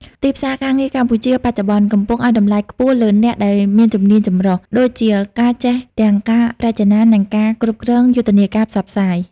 ទីផ្សារការងារកម្ពុជាបច្ចុប្បន្នកំពុងឱ្យតម្លៃខ្ពស់លើអ្នកដែលមានជំនាញចម្រុះ (Multi-skilled) ដូចជាការចេះទាំងការរចនា និងការគ្រប់គ្រងយុទ្ធនាការផ្សព្វផ្សាយ។